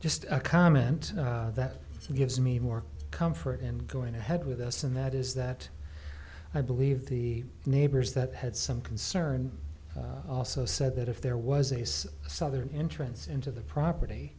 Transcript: just a comment that gives me more comfort and going ahead with this and that is that i believe the neighbors that had some concern also said that if there was a small southern entrance into the property